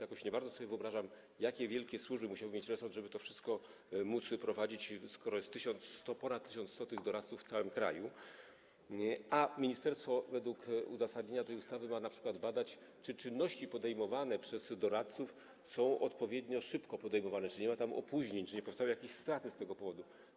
Jakoś nie bardzo sobie wyobrażam, jakie wielkie służby musiałby mieć resort, żeby to wszystko móc prowadzić, skoro jest 1100, ponad 1100 tych doradców w całym kraju, a ministerstwo według uzasadnienia tej ustawy ma np. badać, czy czynności podejmowane przez doradców są odpowiednio szybko podejmowane: czy nie ma tam opóźnień, czy nie powstały jakieś straty z tego powodu.